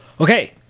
Okay